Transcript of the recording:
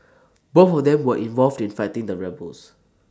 both of them were involved in fighting the rebels